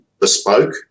Bespoke